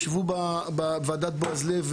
ישבו בוועדת בועז לב,